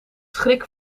schrik